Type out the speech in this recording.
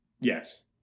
yes